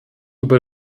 über